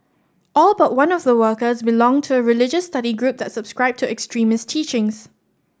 all but one of the workers belonged to a religious study group that subscribed to extremist teachings